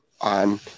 on